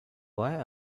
why